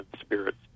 spirits